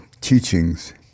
teachings